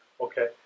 Okay